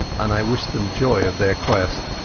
and i wished them joy of their quest.